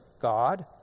God